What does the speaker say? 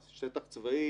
שטח צבאי,